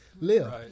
live